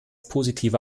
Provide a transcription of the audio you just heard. positive